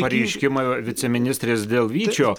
pareiškimą viceministrės dėl vyčio